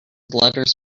letters